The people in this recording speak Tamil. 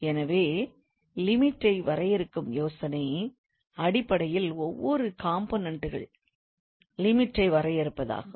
எனவே Limit ஐ வரையறுக்கும் யோசனை அடிப்படையில் ஒவ்வொரு கூறுகளிலும் Limit ஐ வரையறுப்பதாகும்